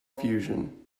fusion